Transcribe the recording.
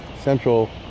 central